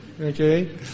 okay